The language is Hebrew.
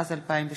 התשע"ז 2017,